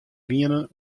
wienen